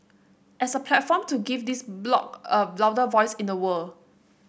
as a platform to give this bloc a louder voice in the world